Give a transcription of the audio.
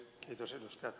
kiitos ed